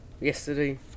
yesterday